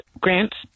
grants